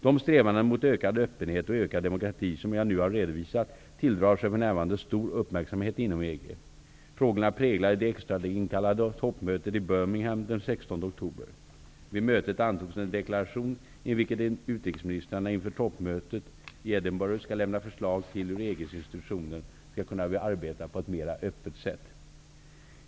De strävanden mot ökad öppenhet och ökad demokrati som jag nu har redovisat tilldrar sig för närvarande stor uppmärksamhet inom EG. Frågorna präglade det extrainkallade toppmötet i Birmingham den 16 oktober. Vid mötet antogs en deklaration enligt vilken utrikesministrarna inför toppmötet i Edinburgh skall lämna förslag till hur EG:s institutioner skall kunna arbeta på ett mera öppet sätt.